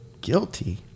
Guilty